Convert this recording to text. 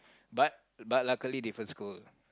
but but luckily different school